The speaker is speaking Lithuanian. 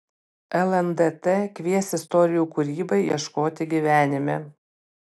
lndt kvies istorijų kūrybai ieškoti gyvenime